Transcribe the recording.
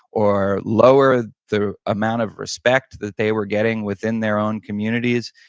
or lower the amount of respect that they were getting within their own communities.